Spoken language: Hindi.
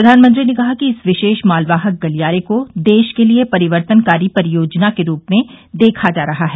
प्रधानमंत्री ने कहा कि इस विशेष मालवाहक गलियारे को देश के लिए परिवर्तनकारी परियोजना के रूप में देखा जा रहा है